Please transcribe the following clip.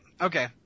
Okay